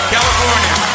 California